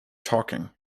talking